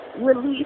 release